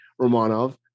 Romanov